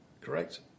Correct